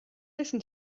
listen